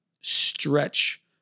stretch